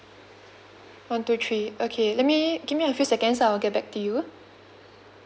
one two three okay let me give me a few seconds I'll get back to you